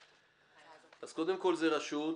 קודם כל זאת רשות,